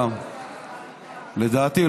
לדעתי,